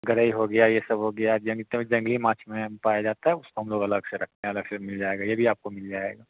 गरई हो गया ये सब हो गया जंगी में पाया जाता है उसको हम लोग अलग से रखते हैं अलग से मिल जाएगा ये भी आपको मिल जाएगा